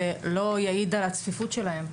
זה לא יעיד על הצפיפות שלהן.